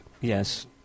Yes